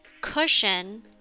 cushion